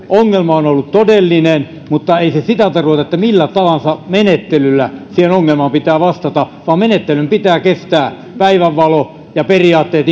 ongelma on on ollut todellinen mutta ei se sitä tarkoita että millä tahansa menettelyllä siihen ongelmaan pitää vastata vaan menettelyn pitää kestää päivänvalo ja periaatteet